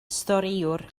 storïwr